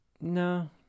No